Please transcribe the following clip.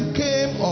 came